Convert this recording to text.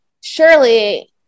surely